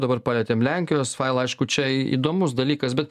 dabar palietėm lenkijos failą aišku čia įdomus dalykas bet